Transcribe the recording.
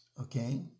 okay